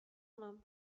honom